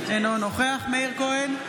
אינו נוכח מאיר כהן,